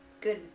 good